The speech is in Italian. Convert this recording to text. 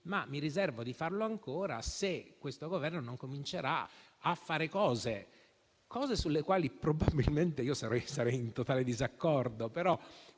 e mi riservo di farlo ancora, se questo Governo non comincerà a fare cose, sulle quali probabilmente sarei in totale disaccordo.